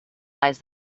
lies